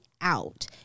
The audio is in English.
out